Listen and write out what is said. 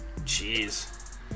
Jeez